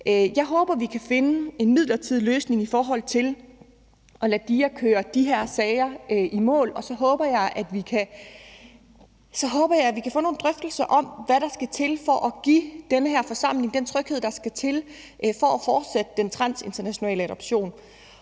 Jeg håber, vi kan finde en midlertidig løsning i forhold til at lade DIA køre de her sager i mål, og så håber jeg, at vi kan få nogle drøftelser om, hvad der skal til for at give den her forsamling den tryghed, der skal til for at fortsætte de transnationale adoptioner.